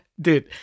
dude